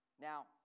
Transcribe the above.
Now